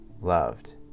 loved